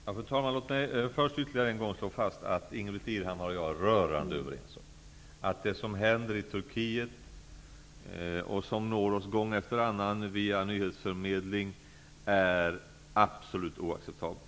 Fru talman! Låt mig först slå fast ytterligare en gång att Ingbritt Irhammar och jag är rörande överens om att det som händer i Turkiet och som når oss gång efter annan via nyhetsförmedlingen är absolut oacceptabelt.